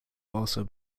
also